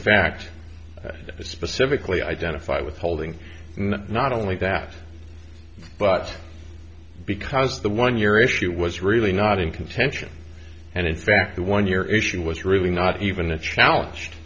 fact specifically identify with holding not only that but because the one year issue was really not in contention and in fact the one year issue was really not even a challenged